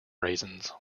raisins